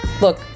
Look